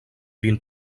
vin